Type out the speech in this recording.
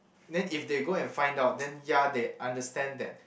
then if they go and find out then ya they understand that